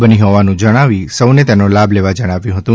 બની હોવાનું જણાવી સૌને તેનો લાભ લેવા જણાવ્યું હતું